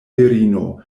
virino